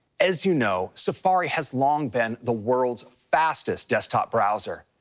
as you know, safari has long been the world's fastest desktop browser.